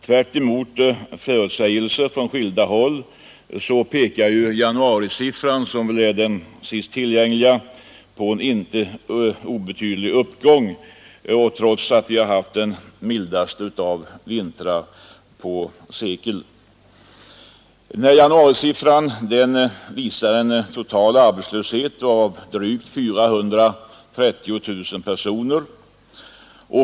Tvärtemot förutsägelser från skilda håll pekar januarisiffran, som är den senast tillgängliga, på en inte obetydlig uppgång, trots att vi har haft den mildaste av vintrar på sekler. Januarisiffran visar en total arbetslöshet omfattande drygt 430 000 personer.